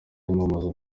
amazu